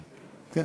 כן.